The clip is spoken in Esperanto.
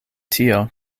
tio